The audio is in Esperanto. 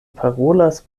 parolas